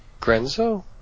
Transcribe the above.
Grenzo